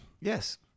Yes